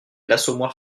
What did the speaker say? l’assommoir